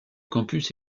campus